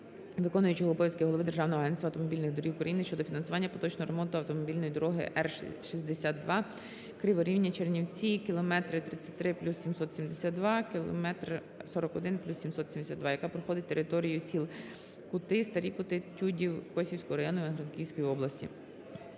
виконуючого обов'язки голови Державного агентства автомобільних доріг України щодо фінансування поточного ремонту автомобільної дороги Р-62 Криворівня - Чернівці (км 33+772 - км 41+772), яка проходить територією сіл Кути - Старі Кути - Тюдів Косівського району Івано-Франківської області.